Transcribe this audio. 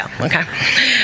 okay